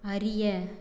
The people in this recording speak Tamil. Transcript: அறிய